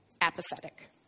apathetic